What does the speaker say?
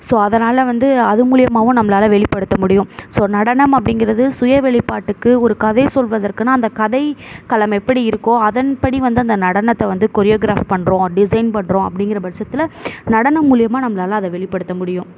so அதனால் வந்து அது மூலியமாகவும் நம்மளால் வெளிப்படுத்த முடியும் ஸோ நடனம் அப்படிங்கிறது சுயவழிபாட்டுக்கு ஒரு கதை சொல்வதற்குனா அந்த கதை களம் எப்படி இருக்கோ அதன்படி வந்து அந்த நடனத்தை வந்து கொரியோகிராஃப் பண்ணுறோம் டிசைன் பண்ணுறோம் அப்படிங்கிற பட்சத்தில் நடனம் மூலியமாக நம்மளால் அதை வெளிப்படுத்த முடியும்